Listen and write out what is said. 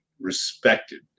respected